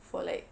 for like